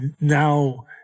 now